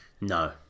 No